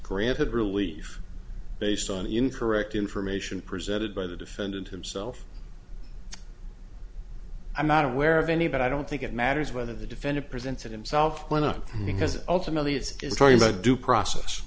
granted relief based on incorrect information presented by the defendant himself i'm not aware of any but i don't think it matters whether the defendant presented himself one because ultimately it is talking about due process